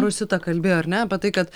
rosita kalbėjo ar ne apie tai kad